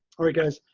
alright guys,